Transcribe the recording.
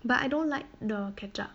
but I don't like the ketchup